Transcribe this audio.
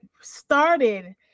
started